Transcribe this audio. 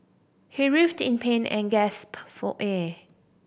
he writhed in pain and gasped for air